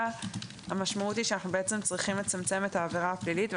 המשמעות היא שאנחנו צריכים לצמצם את העבירה הפלילית.